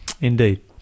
Indeed